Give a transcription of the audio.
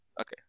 Okay